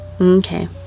Okay